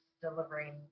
delivering